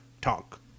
talk